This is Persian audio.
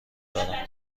دارم